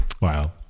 Wow